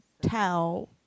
towel